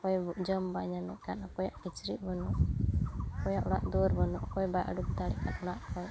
ᱚᱠᱚᱭ ᱡᱚᱢ ᱵᱟᱭ ᱧᱟᱢᱮᱫ ᱠᱟᱱ ᱚᱠᱚᱭᱟᱜ ᱠᱤᱪᱨᱤᱡ ᱵᱟᱹᱱᱩᱜ ᱚᱠᱚᱭᱟᱜ ᱚᱲᱟᱜ ᱫᱩᱣᱟᱹᱨ ᱵᱟᱹᱱᱩᱜ ᱚᱠᱚᱭ ᱵᱟᱭ ᱚᱰᱚᱠ ᱫᱟᱲᱮᱜ ᱠᱟᱱ ᱚᱲᱟᱜ ᱠᱷᱚᱱ